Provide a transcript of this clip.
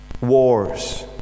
Wars